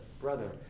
brother